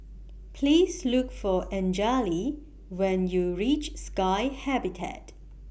Please Look For Anjali when YOU REACH Sky Habitat